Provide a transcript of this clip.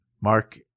Mark